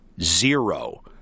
zero